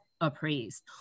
appraised